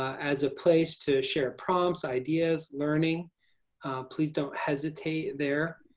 as a place to share prompts ideas learning please don't hesitate there.